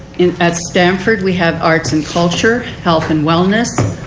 at stanford we have arts and culture, health and wellness,